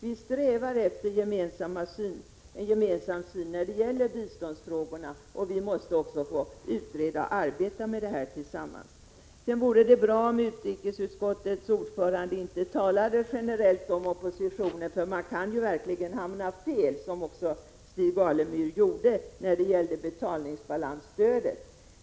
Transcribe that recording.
Vi strävar efter en gemensam syn på biståndsfrågorna, och vi borde därför också utreda dessa tillsammans. Det vore vidare bra om utrikesutskottets ordförande inte generaliserade om oppositionen, för man kan då verkligen hamna fel, vilket Stig Alemyr också gjorde när det gällde betalningsbalansstödet.